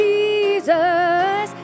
Jesus